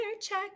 check